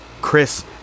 Chris